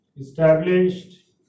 established